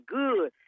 good